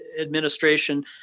administration